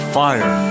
fire